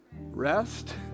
rest